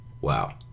Wow